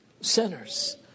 sinners